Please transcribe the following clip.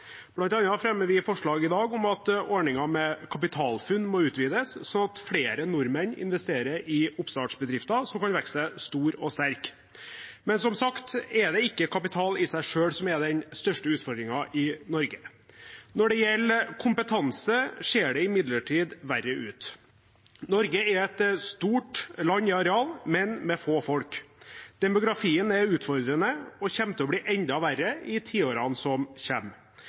fremmer vi forslag i dag om at ordningen med kapitalfunn må utvides, sånn at flere nordmenn investerer i oppstartsbedrifter som kan vokse seg store og sterke. Men som sagt er det ikke kapital i seg selv som er den største utfordringen i Norge. Når det gjelder kompetanse, ser det imidlertid verre ut. Norge er et stort land i areal, men med få folk. Demografien er utfordrende og kommer til å bli enda verre i tiårene som